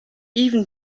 even